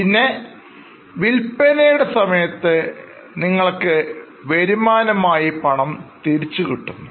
പിന്നെ വിൽപ്പനയുടെ സമയത്ത് നിങ്ങൾക്ക് വരുമാനമായി പണം തിരിച്ചു കിട്ടുന്നു